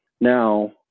now